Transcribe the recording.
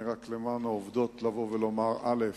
אבל למען העובדות אני רוצה לומר: א.